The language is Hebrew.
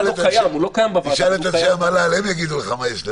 שם ודאי שלכנסת יהיה יותר כוח בעניין הזה.